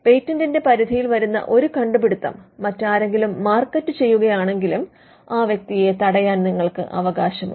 പേറ്റന്റിന്റെ പരിധിയിൽ വരുന്ന ഒരു കണ്ടുപിടുത്തം മറ്റാരെങ്കിലും മാർക്കറ്റ് ചെയ്യുകയാണെങ്കിലും ആ വ്യക്തിയെ തടയാൻ നിങ്ങൾക്ക് അവകാശമുണ്ട്